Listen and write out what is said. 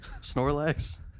Snorlax